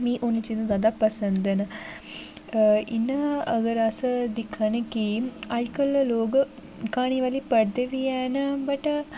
मिगी ओह् नेहियां चीज़ां जादा पसंद न अ इ'यां अगर अस दिक्खा ने कि अज्जकल लोग क्हानियें बारै ई पढ़दे बी हैन वट्